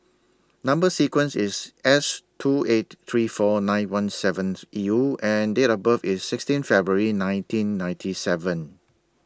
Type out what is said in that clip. Number sequence IS S two eight three four nine one seventh U and Date of birth IS sixteen February in nineteen ninety seven